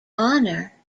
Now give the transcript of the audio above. honour